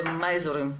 אנחנו פועלים בכל הארץ,